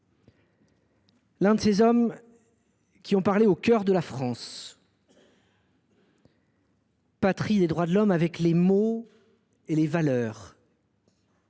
l’un de ces hommes qui ont parlé au cœur de la France, patrie des droits de l’homme, avec les mots et les valeurs